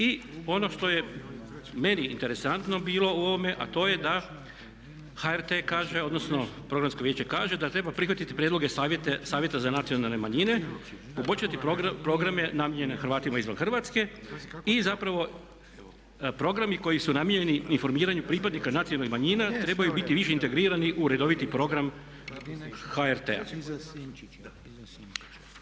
I ono što je meni interesantno bilo u ovome, a to je da HRT kaže, odnosno Programsko vijeće kaže da treba prihvatiti prijedloge Savjeta za nacionalne manjine, poboljšati programe namijenjene Hrvatima izvan Hrvatske i zapravo programi koji su namijenjeni informiranju pripadnika nacionalnih manjina trebaju biti više integrirani u redoviti program HRT-a.